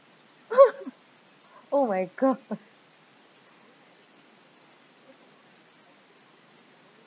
oh my god